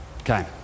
okay